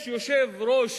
יש יושב-ראש